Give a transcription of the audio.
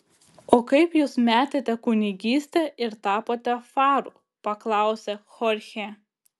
o kaip jūs metėte kunigystę ir tapote faru paklausė chorchė